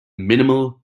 minimal